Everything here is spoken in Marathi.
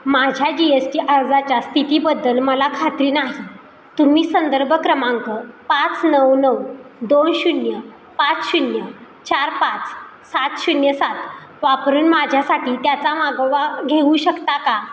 माझ्या जी एस टी अर्जाच्या स्थितीबद्दल मला खात्री नाही तुम्ही संदर्भ क्रमांक पाच नऊ नऊ दोन शून्य पाच शून्य चार पाच सात शून्य सात वापरून माझ्यासाठी त्याचा मागवा घेऊ शकता का